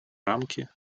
рамки